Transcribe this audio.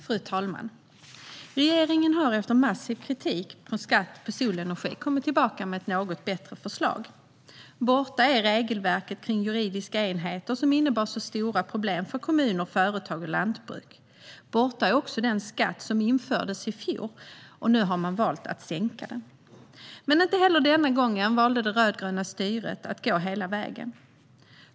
Fru talman! Regeringen har efter massiv kritik mot skatt på solenergi kommit tillbaka med ett något bättre förslag. Borta är regelverket gällande juridiska enheter, som innebar stora problem för kommuner, företag och lantbruk. Dessutom har man nu valt att sänka den skatt som infördes i fjol. Men inte heller denna gång valde det rödgröna styret att gå hela vägen.